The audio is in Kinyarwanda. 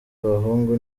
abahungu